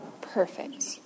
Perfect